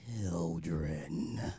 children